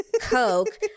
coke